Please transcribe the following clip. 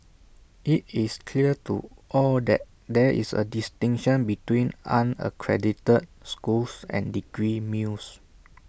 IT is clear to all that there is A distinction between unaccredited schools and degree mills